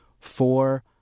four